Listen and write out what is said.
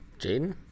Jaden